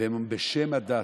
ובשם הדת,